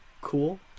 cool